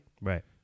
Right